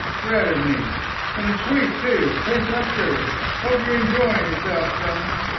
rabbit meat and it's sweet, too tastes like sugar. hope you're enjoying yourselves, gentlemen!